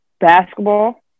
basketball